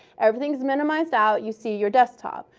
everything's minimized out. you see your desktop.